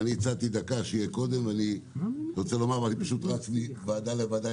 אני פשוט רץ מוועדה לוועדה,